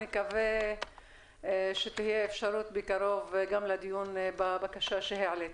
נקווה שתהיה אפשרות בקרוב גם לדיון בבקשה שהעלית.